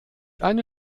eine